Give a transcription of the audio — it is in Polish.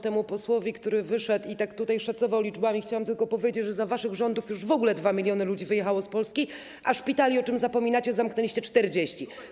Temu posłowi, który wyszedł i tak rzucał liczbami, chciałam tylko powiedzieć, że za waszych rządów już w ogóle 2 mln ludzi wyjechało z Polski, a szpitali, o czym zapominacie, zamknęliście 40.